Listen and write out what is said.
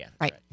Right